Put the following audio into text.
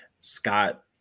Scott